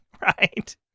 right